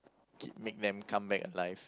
K make them come back alive